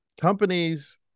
companies